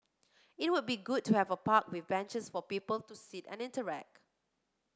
it would be good to have a park with benches for people to sit and interact